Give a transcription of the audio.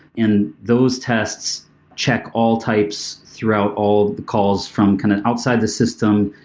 and those tests check all types throughout all the calls from kind of outside the system,